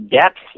depth